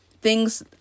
thing's